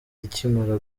ikimara